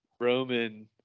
Roman